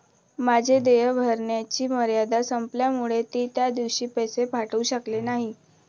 माझे देय भरण्याची मर्यादा संपल्यामुळे मी त्या दिवशी पैसे पाठवू शकले नाही